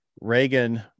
Reagan